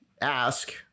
ask